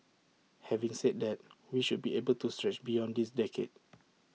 having said that we should be able to stretch beyond this decade